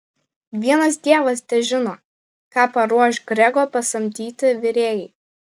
vienas dievas težino ką paruoš grego pasamdyti virėjai